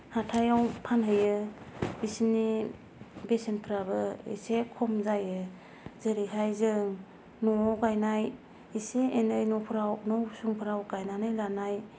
हाथायाव फानहैयो बिसोरनि बेसेनफ्राबो एसे खम जायो जेरैहाय जों न'आव गायनाय एसे एनै न'फोराव न' उसुंफोराव गायनानै लानाय